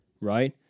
Right